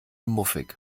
muffig